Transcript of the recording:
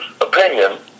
opinion